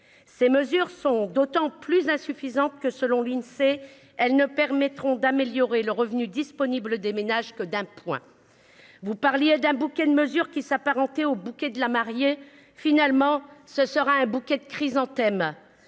Elles sont notoirement insuffisantes. Selon l'Insee, elles ne permettront d'améliorer le revenu disponible des ménages que d'un point. Vous parliez d'un bouquet de mesures s'apparentant au « bouquet de la mariée ». Finalement, ce sera un bouquet de chrysanthèmes